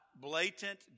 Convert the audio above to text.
Blatant